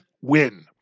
win